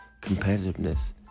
competitiveness